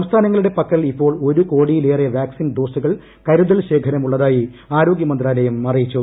സംസ്ഥാനങ്ങളുടെ പക്കൽ ഇപ്പോൾ ഒരു കോടിയിലേറെ വാക്സിൻ ഡോസുകൾ കരുതൽ ശേഖരമുള്ളതായി ആരോഗ്യമന്ത്രാലയം അറിയിച്ചു